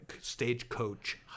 stagecoach